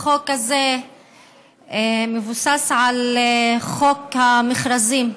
החוק הזה מבוסס על חוק המכרזים.